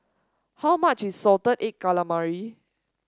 how much is Salted Egg Calamari